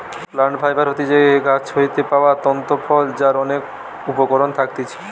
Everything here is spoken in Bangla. প্লান্ট ফাইবার হতিছে গাছ হইতে পাওয়া তন্তু ফল যার অনেক উপকরণ থাকতিছে